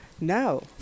No